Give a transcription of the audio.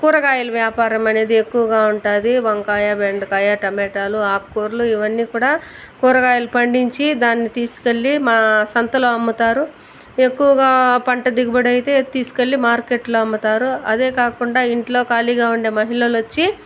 కూరగాయల వ్యాపారం అనేది ఎక్కువగా ఉంటుంది వంకాయ బెండకాయ టమేటాలు ఆకుకూరలు ఇవన్నీ కూడా కూరగాయలు పండించి దాన్ని తీసుకెళ్ళి మా సంతలో అమ్ముతారు ఎక్కువగా పంట దిగుబడి అయితే తీసు కెళ్ళి మార్కెట్ లో అమ్ముతారు అదే కాకుండా ఇంట్లో ఖాళీగా ఉండే మహిళలు వచ్చి